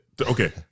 Okay